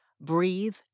breathe